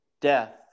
death